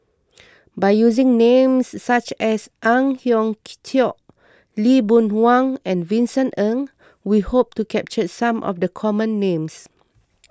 by using names such as Ang Hiong Chiok Lee Boon Wang and Vincent Ng we hope to capture some of the common names